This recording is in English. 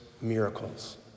miracles